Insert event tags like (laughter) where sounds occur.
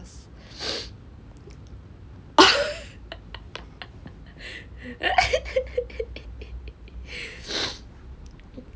(laughs)